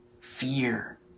fear